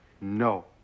No